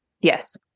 Yes